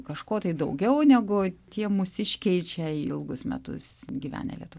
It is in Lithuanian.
kažko tai daugiau negu tie mūsiškiai čia ilgus metus gyvenę lietuviai